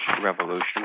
Revolution